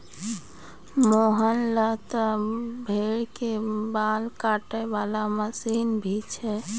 मोहन लॅ त भेड़ के बाल काटै वाला मशीन भी छै